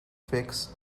fix